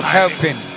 helping